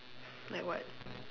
like what